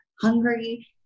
hungry